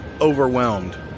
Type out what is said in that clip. overwhelmed